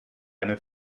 eine